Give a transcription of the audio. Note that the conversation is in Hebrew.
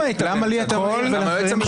אז מה אם היית --- למה אתה לי אתה מעיר ולאחרים לא?